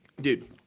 Dude